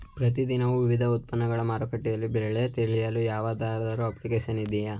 ಪ್ರತಿ ದಿನದ ವಿವಿಧ ಉತ್ಪನ್ನಗಳ ಮಾರುಕಟ್ಟೆ ಬೆಲೆ ತಿಳಿಯಲು ಯಾವುದಾದರು ಅಪ್ಲಿಕೇಶನ್ ಇದೆಯೇ?